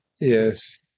Yes